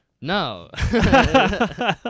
No